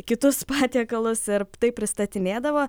kitus patiekalus ir taip pristatinėdavo